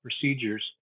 procedures